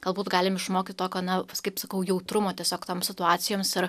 galbūt galim išmokyt tokio na kaip sakau jautrumo tiesiog toms situacijoms ir